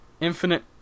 infinite